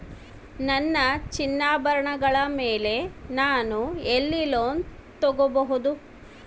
ನನ್ನ ಚಿನ್ನಾಭರಣಗಳ ಮೇಲೆ ನಾನು ಎಲ್ಲಿ ಲೋನ್ ತೊಗೊಬಹುದು?